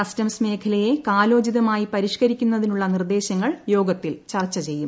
customs മേഖലയെ കാലോചിതമായി പരിഷ്കരിക്കുന്നതിനുള്ള നിർദ്ദേശങ്ങൾ യോഗത്തിൽ ചർച്ച ചെയ്യും